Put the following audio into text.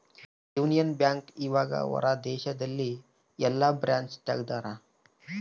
Union Bank ಇವಗ ಹೊರ ದೇಶದಲ್ಲಿ ಯೆಲ್ಲ ಬ್ರಾಂಚ್ ತೆಗ್ದಾರ